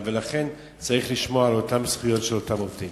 ולכן צריך לשמור על אותן זכויות של אותם עובדים.